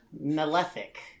Malefic